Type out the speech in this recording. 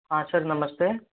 हाँ सर नमस्ते